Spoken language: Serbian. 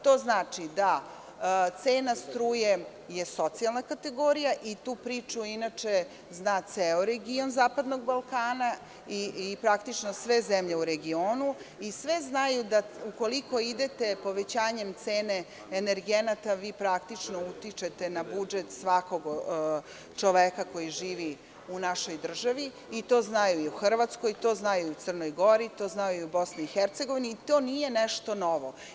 To znači da je cena struje socijalna kategorija i tu priču inače zna ceo region zapadnog Balkana i praktično sve zemlje u regionu, i sve znaju da ukoliko idete povećanjem cene energenata, vi praktično utičite na budžet svakog čoveka koji živi u našoj državi i to znaju i u Hrvatskoj, to znaju i u Crnoj Gori, to znaju i u Bosni i Hercegovini, to nije nešto novo.